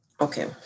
Okay